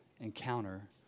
encounter